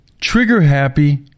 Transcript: trigger-happy